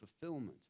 fulfillment